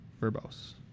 verbose